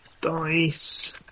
dice